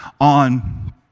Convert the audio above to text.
on